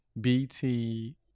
BT